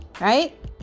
right